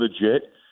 legit